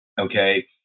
okay